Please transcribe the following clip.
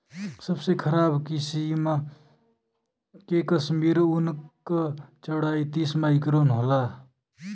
सबसे खराब किसिम के कश्मीरी ऊन क चौड़ाई तीस माइक्रोन होला